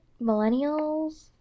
millennials